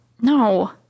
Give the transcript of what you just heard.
No